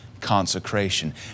consecration